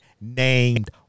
named